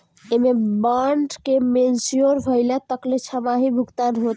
एमे बांड के मेच्योर भइला तकले छमाही भुगतान होत हवे